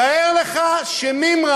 תאר לך שמימרן